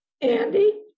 Andy